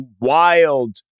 wild